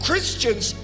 Christians